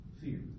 Fear